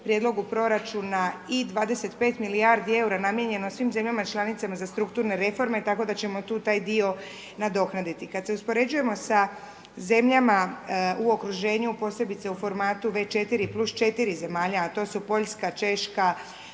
prijedlogu proračuna i 25 milijardi eura namijenjeno svim zemljama članicama za strukturne reforme, tako da ćemo tu taj dio nadoknaditi. Kad se uspoređujemo sa zemljama u okruženju, posebice u formatu V-4 plus 4 zemalja, a to su Poljska, Češka,